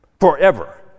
Forever